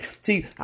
See